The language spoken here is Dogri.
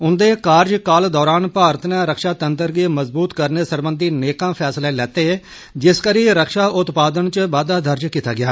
उन्दे कार्यकाल दौरान भारत नै रक्षातंत्र गी मजबूत करने सरबंधी नेकां फैसले लैत्ते जिस करी रक्षा उत्पादन च बाद्दा दर्ज कीता गेआ